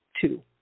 two